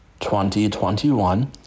2021